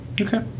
Okay